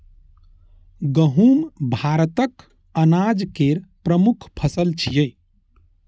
गहूम भारतक अनाज केर प्रमुख फसल छियै